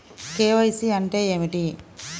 KYC అంటే ఏమిటి?